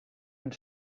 and